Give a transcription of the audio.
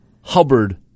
Hubbard